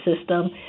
system